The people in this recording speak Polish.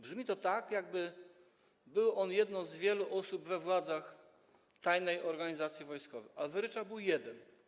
Brzmi to tak, jakby był on jedną z wielu osób we władzach tajnej organizacji wojskowej, a Wrycza był jeden.